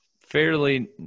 fairly